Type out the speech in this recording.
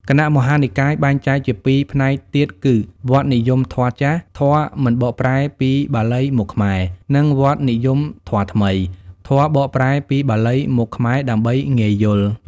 គណៈមហានិកាយបែងចែកជាពីរផ្នែកទៀតគឺ វត្តនិយមធម៌ចាស់ (ធម៌មិនបកប្រែពីបាលីមកខ្មែរ) និង វត្តនិយមធម៌ថ្មី (ធម៌បកប្រែពីបាលីមកខ្មែរដើម្បីងាយយល់)។